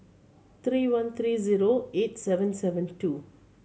three one three zero eight seven seven two